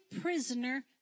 prisoner